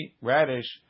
radish